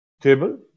table